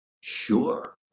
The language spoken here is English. Sure